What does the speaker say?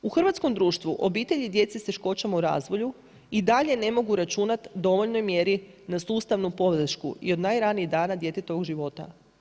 U hrvatskom društvu obitelji djece s teškoćama u razvoju i dalje ne mogu računati u dovoljnoj mjeri na sustavnu podršku i od najranijih dana djetetovog života.